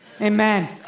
amen